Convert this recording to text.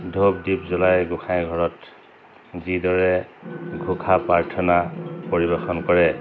ধূপ দীপ জ্বলাই গোঁসাই ঘৰত যিদৰে ঘোষা প্ৰাৰ্থনা পৰিৱেশন কৰে